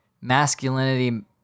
masculinity